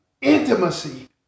intimacy